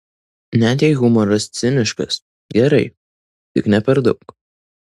net jei humoras ciniškas gerai tik ne per daug